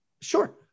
Sure